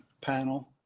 panel